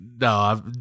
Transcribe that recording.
No